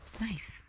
nice